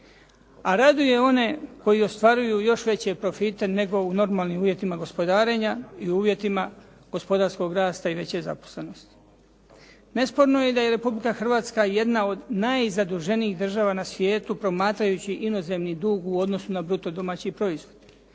A raduje one koji ostvaruju još veće profite nego u normalnim uvjetima gospodarenja i u uvjetima gospodarskog rasta i veće zaposlenosti. Nesporno je da je Republika Hrvatska jedna od najzaduženijih država na svijetu promatrajući na inozemni dug u odnosu na bruto domaći proizvod,